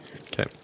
Okay